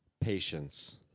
patience